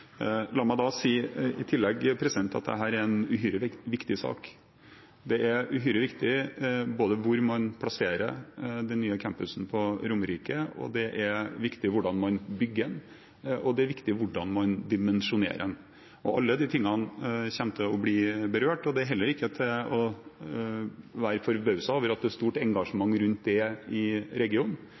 i tillegg si at dette er en uhyre viktig sak. Det er uhyre viktig hvor man plasserer den nye campusen på Romerike, det er viktig hvordan man bygger den, og det er viktig hvordan man dimensjonerer den. Alle de tingene kommer til å bli berørt, og det er heller ikke noe å være forbauset over at det er et stort engasjement rundt det i regionen.